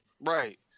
right